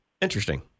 Interesting